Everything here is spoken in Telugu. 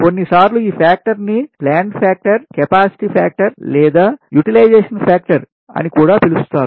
కొన్నిసార్లు ఈ ఫ్యాక్టర్న్ని ప్లాంట్ ఫ్యాక్టర్ కెపాసిటీ ఫ్యాక్టర్ లేదా యుటిలైజేషన్ ఫ్యాక్టర్ అని కూడా పిలుస్తారు